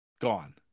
Gone